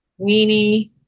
Weenie